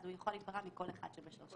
אז הוא יכול להיפרע מכל אחד שבשרשרת.